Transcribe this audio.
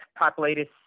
populated